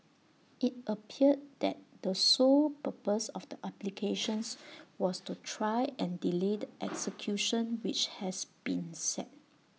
IT appeared that the sole purpose of the applications was to try and delay the execution which has been set